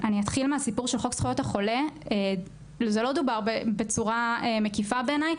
אני אתחיל מהסיפור של חוק זכויות החולה זה לא דובר בצורה מקיפה בעיניי.